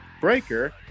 Breaker